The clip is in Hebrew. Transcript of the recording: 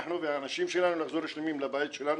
אנחנו והאנשים שלנו נחזור שלמים לבית שלנו.